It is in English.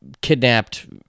kidnapped